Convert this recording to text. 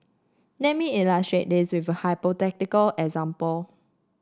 let me illustrate this with a hypothetical example